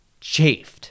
chafed